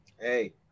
hey